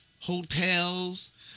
hotels